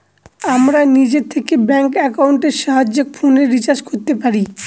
আমরা নিজে থেকে ব্যাঙ্ক একাউন্টের সাহায্যে ফোনের রিচার্জ করতে পারি